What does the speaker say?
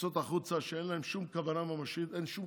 שיוצאות החוצה, שאין שום כוונה ממשית